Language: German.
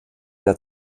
der